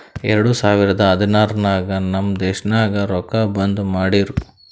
ಎರಡು ಸಾವಿರದ ಹದ್ನಾರ್ ನಾಗ್ ನಮ್ ದೇಶನಾಗ್ ರೊಕ್ಕಾ ಬಂದ್ ಮಾಡಿರೂ